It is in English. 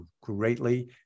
greatly